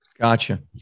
Gotcha